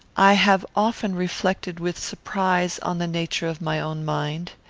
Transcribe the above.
i have often reflected with surprise on the nature of my own mind.